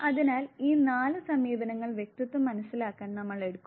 അതിനാൽ ഈ നാല് സമീപനങ്ങൾ വ്യക്തിത്വം മനസ്സിലാക്കാൻ നമ്മൾ എടുക്കും